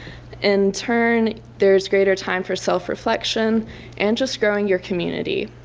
in turn, there is greater time for self-reflection and just growing your community.